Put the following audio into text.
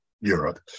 Europe